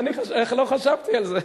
איך לא חשבתי על זה?